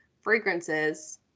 fragrances